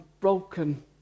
broken